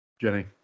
Jenny